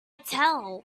tell